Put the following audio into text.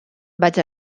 vaig